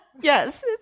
Yes